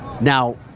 Now